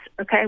okay